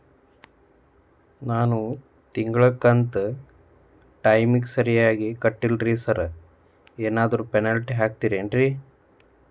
ನಾನು ತಿಂಗ್ಳ ಕಂತ್ ಟೈಮಿಗ್ ಸರಿಗೆ ಕಟ್ಟಿಲ್ರಿ ಸಾರ್ ಏನಾದ್ರು ಪೆನಾಲ್ಟಿ ಹಾಕ್ತಿರೆನ್ರಿ?